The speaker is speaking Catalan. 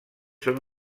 són